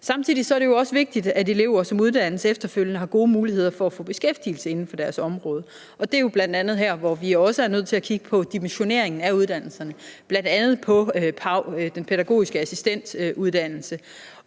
Samtidig er det jo også vigtigt, at elever, som uddannes, efterfølgende har gode muligheder for at få beskæftigelse inden for deres område, og det er jo bl.a. her, vi også er nødt til at kigge på dimensioneringen af uddannelserne – bl.a. på PAV, den pædagogiske assistentuddannelse.